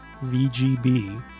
VGB